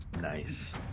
Nice